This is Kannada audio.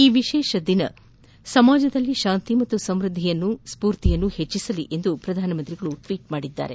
ಈ ವಿಶೇಷ ದಿನವು ಸಮಾಜದಲ್ಲಿ ಶಾಂತಿ ಮತ್ತು ಸಮೃದ್ದಿಯ ಸ್ತೂರ್ತಿಯನ್ನು ಹೆಚ್ಚಿಸಲಿ ಎಂದು ಪ್ರಧಾನಿ ಮಂತ್ರಿಗಳು ಟ್ಷೀಟ್ ಮಾಡಿದ್ದಾರೆ